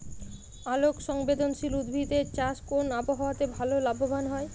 আলোক সংবেদশীল উদ্ভিদ এর চাষ কোন আবহাওয়াতে ভাল লাভবান হয়?